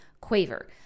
Quaver